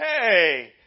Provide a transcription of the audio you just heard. Hey